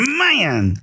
man